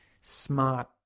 smart